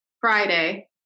Friday